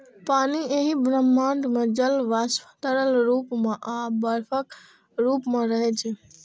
पानि एहि ब्रह्मांड मे जल वाष्प, तरल रूप मे आ बर्फक रूप मे रहै छै